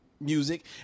music